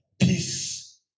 Peace